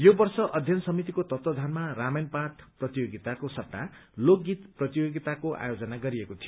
यो वर्ष अध्ययन समितिको तत्वावधानमा रामायण पाठ प्रतियोगिताको सट्टा लोक गीत प्रतियोगिताको आयोजन गरिएको थियो